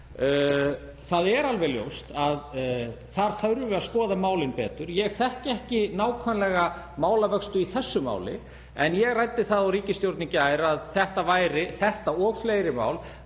Það er alveg ljóst að þar þurfum við að skoða málin betur. Ég þekki ekki nákvæmlega málavöxtu í þessu máli en ég ræddi það á ríkisstjórnarfundi í gær að þetta mál og fleiri mál